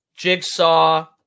Jigsaw